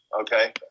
okay